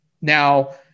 Now